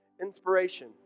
inspiration